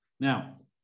Now